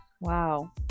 Wow